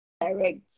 direct